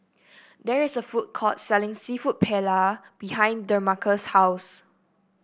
there is a food court selling seafood Paella behind Demarcus' house